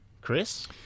Chris